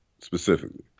specifically